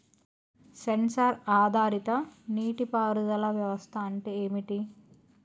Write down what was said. Censor ఆధారిత నీటి పారుదల వ్యవస్థ అంటే ఏమిటి?